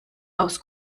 aus